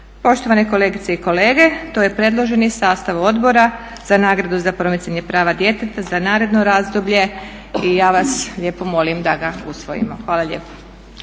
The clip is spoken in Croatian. Poštovane kolegice i kolege, to je predloženi sastav Odbora za nagradu za promicanje prava djeteta za naredno razdoblje i ja vas lijepo molim da ga usvojimo. Hvala lijepo.